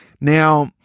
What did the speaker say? Now